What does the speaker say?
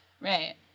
Right